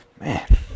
Man